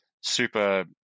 super